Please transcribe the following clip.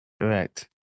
Correct